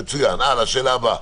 המלאה, השאלה הבאה.